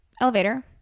elevator